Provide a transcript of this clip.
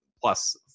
plus